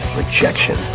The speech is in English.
rejection